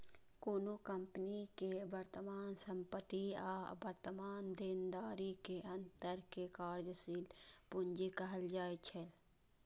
कोनो कंपनी के वर्तमान संपत्ति आ वर्तमान देनदारी के अंतर कें कार्यशील पूंजी कहल जाइ छै